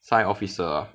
sign officer ah